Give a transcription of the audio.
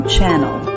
Channel